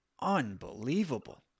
unbelievable